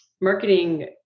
marketing